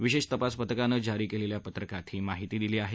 विशेष तपास पथकानं जारी केलेल्या पत्रकात ही माहिती दिली आहे